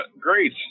great